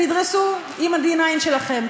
תדרסו עם ה-D9 שלכם.